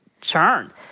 churn